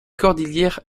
cordillère